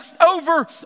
over